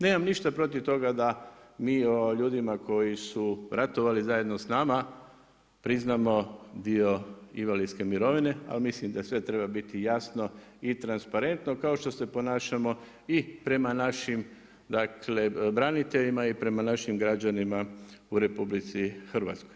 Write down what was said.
Nemam ništa protiv toga da mi o ljudima koji su ratovali zajedno s nama priznamo dio invalidske mirovine ali mislim da sve treba biti jasno i transparentno kao što se ponašamo i prema našim dakle braniteljima i prema našim građanima u RH.